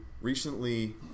recently